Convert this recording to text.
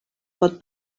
pot